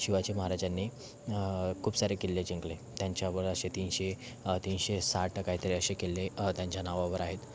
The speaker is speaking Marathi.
शिवाजी महाराजांनी खूप सारे किल्ले जिंकले त्यांच्यावर असे तीनशे तीनशेसाठ काहीतरी असे किल्ले त्यांच्या नावावर आहेत